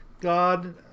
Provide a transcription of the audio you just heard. god